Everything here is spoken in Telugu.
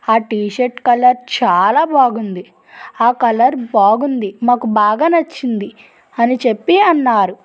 ఆ టీషర్ట్ కలర్ చాలా బాగుంది ఆ కలర్ బాగుంది మాకు బాగా నచ్చింది అని చెప్పి అన్నారు